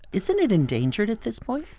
isn't it endangered at this point?